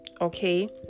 okay